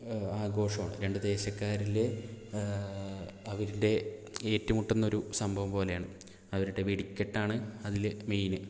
ആഘോഷമാണ് രണ്ട് ദേശക്കാരിൽ അവരുടെ ഏറ്റുമുട്ടുന്ന ഒരു സംഭവം പോലെയാണ് അവരുടെ വെടിക്കെട്ടാണ് അതില് മെയിൻ